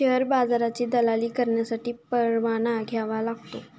share बाजाराची दलाली करण्यासाठी परवाना घ्यावा लागतो